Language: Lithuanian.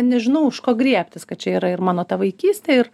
nežinau už ko griebtis kad čia yra ir mano ta vaikystė ir